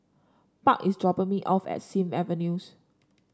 Buck is dropping me off at Sim Avenues